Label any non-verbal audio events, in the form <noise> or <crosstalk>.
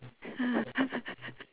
<noise>